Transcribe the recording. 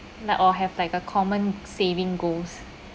like all have like a common saving goals